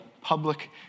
public